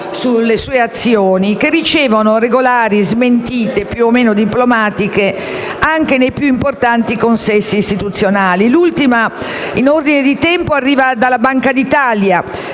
sulle sue azioni, che ricevono regolari smentite, più o meno diplomatiche, anche nei più importanti consessi istituzionali. L'ultima in ordine di tempo arriva dalla Banca d'Italia,